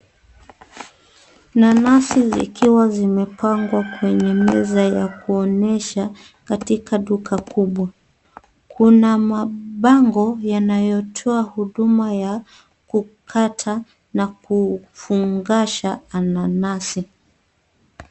Nanasi zikiwa zimepangwa kwenye meza ya kuonyesha katika duka kubwa. Kuna mabango yanayotoa huduma ya kukata na kufungasha ananasi.